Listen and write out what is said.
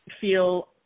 feel